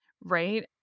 right